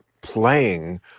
playing